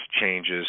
changes